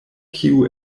kiu